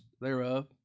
thereof